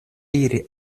iri